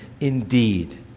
indeed